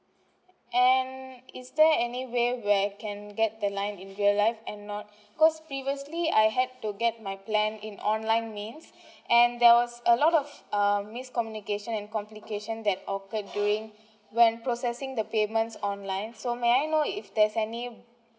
and is there anyway where I can get the line in real life and not because previously I had to get my plan in online means and there was a lot of uh miss communication and complication that occurred during when processing the payments online so may I know if there's any